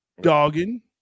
dogging